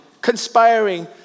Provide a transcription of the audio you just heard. conspiring